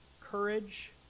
courage